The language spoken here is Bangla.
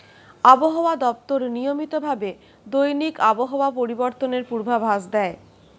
আবহাওয়া দপ্তর নিয়মিত ভাবে দৈনিক আবহাওয়া পরিবর্তনের পূর্বাভাস দেয়